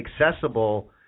accessible